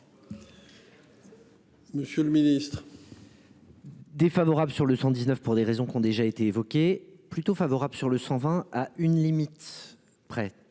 Monsieur le Ministre. Défavorable sur le 119 pour des raisons qui ont déjà été évoqués plutôt favorable sur le 120, à une limite. Près.